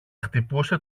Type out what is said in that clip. χτυπούσε